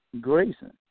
Grayson